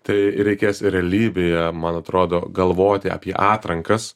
tai reikės realybėje man atrodo galvoti apie atrankas